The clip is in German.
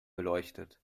beleuchtet